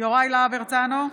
יוראי להב הרצנו,